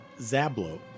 Zablo